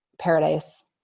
paradise